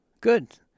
good